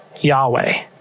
Yahweh